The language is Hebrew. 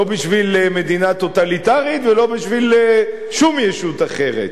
לא בשביל מדינה טוטליטרית ולא בשביל שום ישות אחרת.